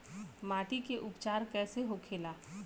माटी के उपचार कैसे होखे ला?